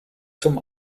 zum